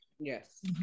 Yes